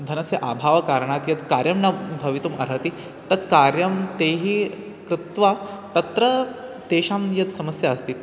धनस्य अभावकारणात् यत् कार्यं न भवितुम् अर्हति तत् कार्यं तैः कृत्वा तत्र तेषां यत् समस्या अस्ति